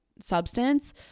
substance